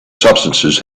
substances